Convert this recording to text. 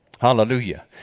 Hallelujah